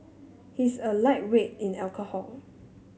he's a lightweight in alcohol